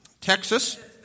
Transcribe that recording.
Texas